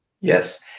Yes